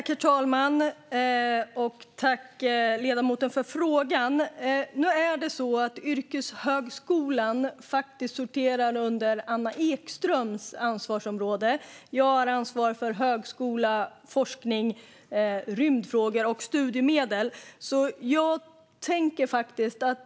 Herr talman! Tack, ledamoten, för frågan! Yrkeshögskolan sorterar under Anna Ekströms ansvarsområde. Jag har ansvar för högskola, forskning, rymdfrågor och studiemedel.